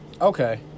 Okay